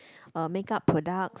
make up products